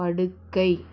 படுக்கை